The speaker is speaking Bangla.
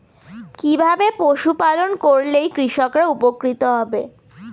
কিভাবে পশু পালন করলেই কৃষকরা উপকৃত হবে?